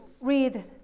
read